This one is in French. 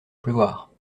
pleuvoir